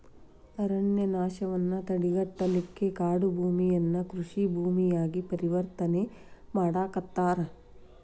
ಅರಣ್ಯನಾಶವನ್ನ ತಡೆಗಟ್ಟಲಿಕ್ಕೆ ಕಾಡುಭೂಮಿಯನ್ನ ಕೃಷಿ ಭೂಮಿಯಾಗಿ ಪರಿವರ್ತನೆ ಮಾಡಾಕತ್ತಾರ